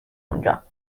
اونجا